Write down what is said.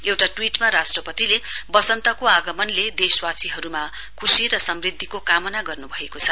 एउटा ट्वीटमा राष्ट्रपतिले बसन्तको आगमनले देशवासीहरुमा खुशी र समृद्धिको कामना गर्नुभएको छ